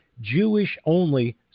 Jewish-only